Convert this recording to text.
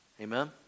Amen